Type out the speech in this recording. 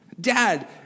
dad